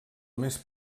més